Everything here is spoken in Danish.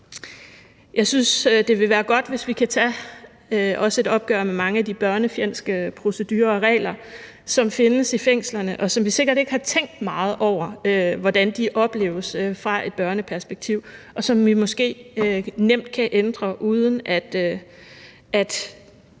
Jeg synes, det vil være godt, hvis vi kan tage et opgør med mange af de børnefjendske procedurer og regler, som findes i fængslerne, og som vi sikkert ikke har tænkt meget over hvordan opleves fra et børneperspektiv, og som vi måske nemt kan ændre, uden at